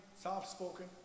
soft-spoken